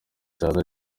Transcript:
cyane